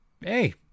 Hey